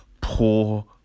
poor